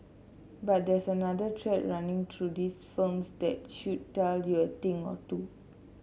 but there's another thread running through these firms that should tell you a thing or two